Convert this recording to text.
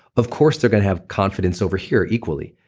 of course they're going to have confidence over here equally.